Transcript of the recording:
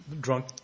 drunk